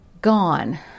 gone